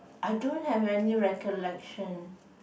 I don't have any recollection